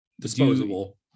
disposable